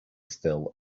still